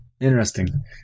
Interesting